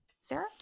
Sarah